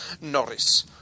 Norris